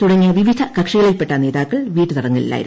തുടങ്ങിയ വിവിധ കക്ഷികളിൽപ്പെട്ട നേതാക്കൾ വീട്ടുതടങ്കലിലായിരുന്നു